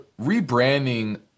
rebranding